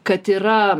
kad yra